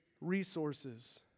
resources